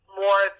more